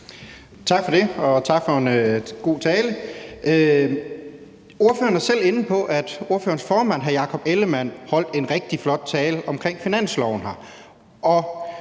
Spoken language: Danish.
Tak for det, og tak for en god tale. Ordføreren var selv inde på, at ordførerens formand, hr. Jakob Ellemann-Jensen, holdt en rigtig flot tale omkring finansloven her,